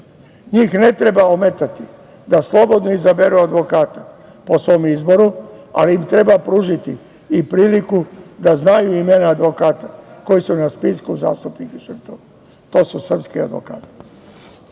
Njih ne treba ometati da slobodno izaberu advokata po svom izboru, ali im treba pružiti i priliku da znaju imena advokata koji su na spisku zastupnika, to su srpski advokati.